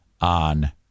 on